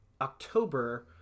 October